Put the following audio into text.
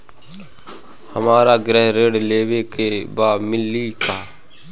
हमरा गृह ऋण लेवे के बा मिली का?